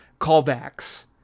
callbacks